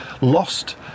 lost